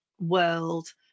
world